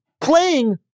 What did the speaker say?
playing